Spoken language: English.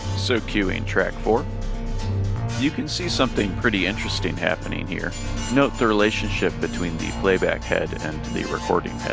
so cuing track four you can see something pretty interesting happening here note the relationship between the playback head and the recording head.